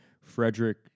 Frederick